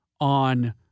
on